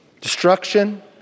destruction